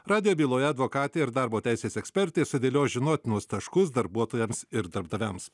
radijo byloje advokatė ir darbo teisės ekspertė sudėlios žinotinus taškus darbuotojams ir darbdaviams